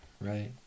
Right